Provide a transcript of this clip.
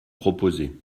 proposées